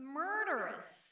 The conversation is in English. murderous